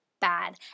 bad